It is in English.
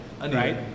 right